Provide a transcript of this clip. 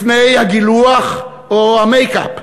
לפני הגילוח או המייק-אפ,